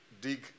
dig